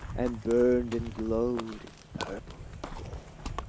and burned and glowed in purple and gold.